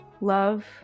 love